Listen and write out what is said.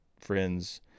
friends